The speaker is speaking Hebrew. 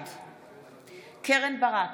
בעד קרן ברק,